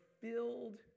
filled